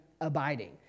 abiding